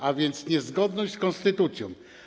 A więc jest niezgodność z konstytucją.